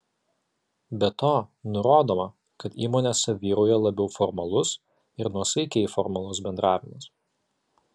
be to nurodoma kad įmonėse vyrauja labiau formalus ir nuosaikiai formalus bendravimas